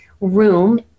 room